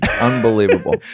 unbelievable